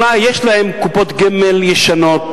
אולי יש להם קופות גמל ישנות,